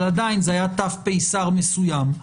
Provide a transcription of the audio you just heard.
אבל עדיין זה היה ת"פ שר מסוים.